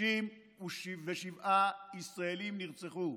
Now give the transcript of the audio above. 67 ישראלים נרצחו,